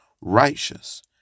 righteous